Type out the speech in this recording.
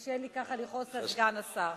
קשה לי ככה לכעוס על סגן השר.